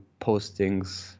postings